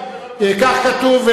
כך כתוב.